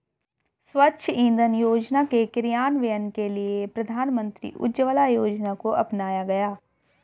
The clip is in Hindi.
स्वच्छ इंधन योजना के क्रियान्वयन के लिए प्रधानमंत्री उज्ज्वला योजना को अपनाया गया